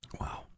Wow